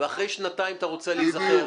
ואחרי שנתיים אתה רוצה להיזכר?